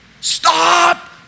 Stop